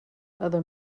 other